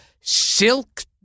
Silk